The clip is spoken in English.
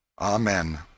Amen